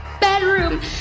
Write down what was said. bedroom